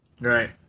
Right